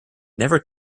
never